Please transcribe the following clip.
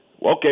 Okay